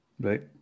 Right